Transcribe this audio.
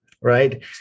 right